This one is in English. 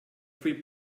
three